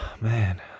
man